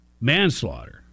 manslaughter